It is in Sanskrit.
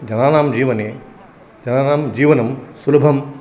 जनानां जीवने जनानां जीवनं सुलभं